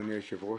אדוני היושב-ראש,